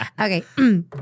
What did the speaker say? Okay